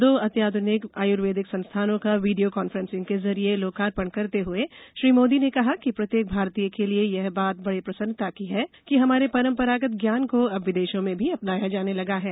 दो अत्याधुनिक आयुर्वेदिक संस्थानों का वीडियो कांफ्रेंसिंग के जरिए लोकार्पण करते हुए श्री मोदी ने कहा कि प्रत्येक भारतीय के लिए यह बात बडे प्रसन्नता की है कि हमारे परंपरागत ज्ञान को अब विदेशों में भी अपनाया जाने लगा है